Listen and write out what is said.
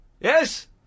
yes